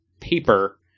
paper